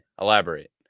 Elaborate